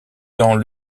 dans